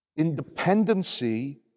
independency